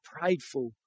prideful